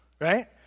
right